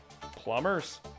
Plumbers